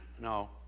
No